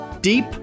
deep